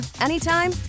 anytime